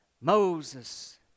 Moses